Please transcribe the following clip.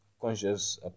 conscious